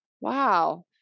Wow